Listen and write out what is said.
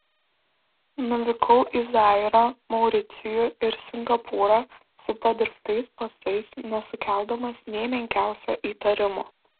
nuvykau į zairą mauricijų ir singapūrą su padirbtais pasais nesukeldamas nė menkiausio įtarimo